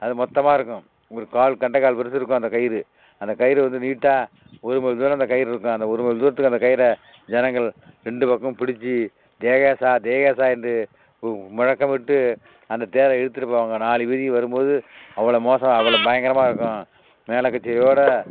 அது மொத்தமாக இருக்கும் ஒரு கால் கண்டக்கால் பெருசு இருக்கும் அந்தக் கயிறு அந்தக் கயிறு வந்து நீட்டாக ஒரு மைல் தூரம் அந்த கயிறு இருக்கும் அந்த ஒரு மைல் தூரத்துக்கு அந்த கயிறை ஜனங்கள் ரெண்டு பக்கம் பிடித்து தேகேசா தேகேசா என்று முழக்கமிட்டு அந்த தேரை இழுத்துட்டு போவாங்க நாலு வீதிக்கு வரும்போது அவ்வளோ கோசம் அவ்வளோ பயங்கரமாக இருக்கும் மேள கச்சேரியோடு